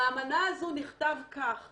באמנה הזו נכתב כך: